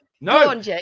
no